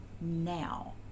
now